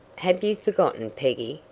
have you forgotten, peggy,